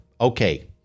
okay